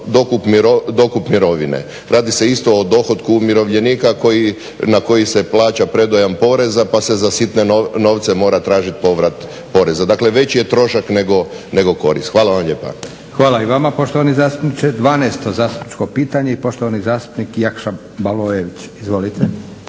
dokup mirovine. Radi se isto o dohotku umirovljenika na koji se plaća predujam poreza pa se za sitne novce mora tražiti povrat poreza. Dakle, veći je trošak nego korist. Hvala vam lijepa. **Leko, Josip (SDP)** Hvala i vama poštovani zastupniče. Dvanaesto zastupničko pitanje i poštovani zastupnik Jakša Baloević, izvolite.